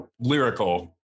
lyrical